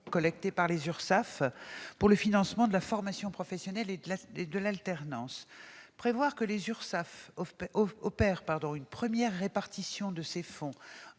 collectés par les URSSAF pour le financement de la formation professionnelle et de l'alternance. Prévoir que les URSSAF opèrent une première répartition de ces fonds